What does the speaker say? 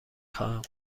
خواهم